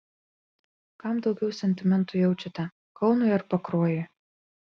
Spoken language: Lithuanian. kam daugiau sentimentų jaučiate kaunui ar pakruojui